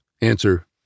Answer